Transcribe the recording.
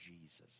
Jesus